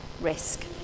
risk